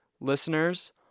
listeners